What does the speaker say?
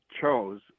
chose